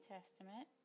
Testament